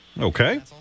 Okay